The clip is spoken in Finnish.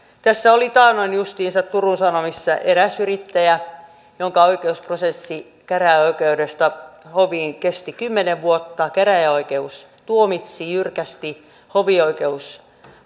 tässä oli taannoin justiinsa turun sanomissa eräs yrittäjä jonka oikeusprosessi käräjäoikeudesta hoviin kesti kymmenen vuotta käräjäoikeus tuomitsi jyrkästi hovioikeus